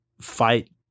fight